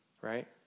right